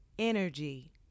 energy